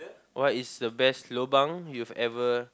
what is the best lobang you've ever